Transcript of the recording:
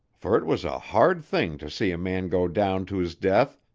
for it was a hard thing to see a man go down to his death,